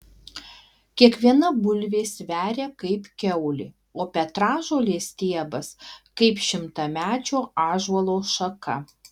kiekviena bulvė sveria kaip kiaulė o petražolės stiebas kaip šimtamečio ąžuolo šaka